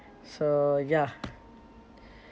so ya